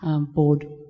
board